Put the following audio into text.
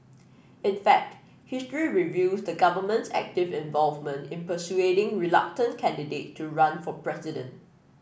in fact history reveals the government's active involvement in persuading reluctant candidate to run for president